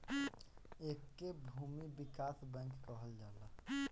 एके भूमि विकास बैंक कहल जाला